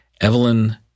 Evelyn